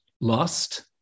lust